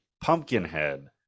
Pumpkinhead